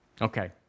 Okay